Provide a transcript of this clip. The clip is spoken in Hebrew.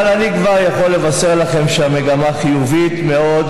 אבל אני כבר יכול לבשר לכם שהמגמה חיובית מאוד,